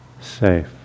safe